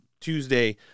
Tuesday